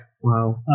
Wow